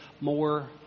more